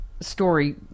story